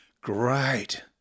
Great